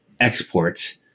exports